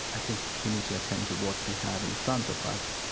i think we need to attend to what we have in front of us.